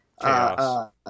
chaos